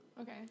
Okay